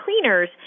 cleaners